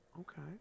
Okay